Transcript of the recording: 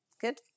Good